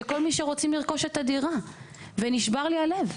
של כל מי שרוצים לרכוש את הדירה ונשבר לי הלב,